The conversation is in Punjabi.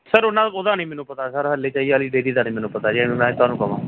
ਸਰ ਉਹਨਾਂ ਉਹਦਾ ਨਹੀਂ ਮੈਨੂੰ ਪਤਾ ਸਰ ਹਾਲੇ ਡੇਅਰੀ ਦਾ ਨਹੀਂ ਮੈਨੂੰ ਪਤਾ ਜੇ ਮੈਂ ਐਵੇਂ ਤੁਹਾਨੂੰ ਕਹਾਂ